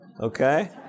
okay